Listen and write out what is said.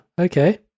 Okay